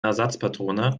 ersatzpatrone